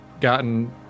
gotten